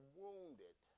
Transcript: wounded